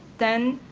then,